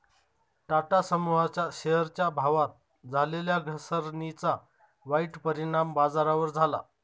टाटा समूहाच्या शेअरच्या भावात झालेल्या घसरणीचा वाईट परिणाम बाजारावर झाला